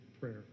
prayer